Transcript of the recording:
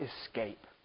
escape